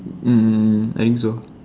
mm mm mm I think so